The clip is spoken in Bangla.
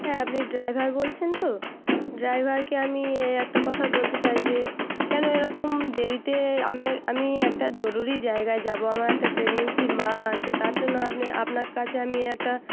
হ্যাঁ আপনি ড্রাইভার বলছেন তো ড্রাইভারকে আমি একটা কথা বলতে চাই যে কেন এরকম দেরিতে আমি আমি একটা জরুরি জায়গা যাব আমার একটা প্রেগনেন্সির মা আছে তার জন্য আপনি আপনার কাছে আমি একটা